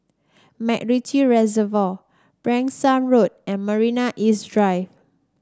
MacRitchie Reservoir Branksome Road and Marina East Drive